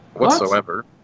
whatsoever